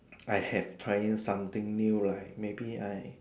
I have trying something new like maybe I